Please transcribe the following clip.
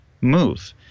move